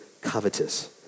covetous